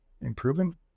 improving